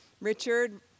Richard